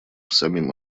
самим